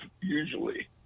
usually